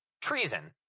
Treason